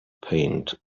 paint